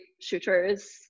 shooters